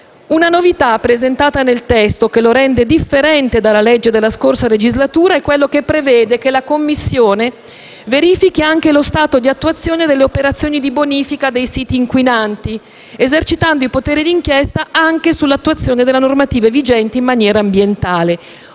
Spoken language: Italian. Una novità presente nel testo, che lo rende differente dalla legge della scorsa legislatura, è quella che prevede che la Commissione verifichi anche lo stato di attuazione delle operazioni di bonifica dei siti inquinati, esercitando il potere d'inchiesta anche sull'attuazione delle normative vigenti in materia ambientale.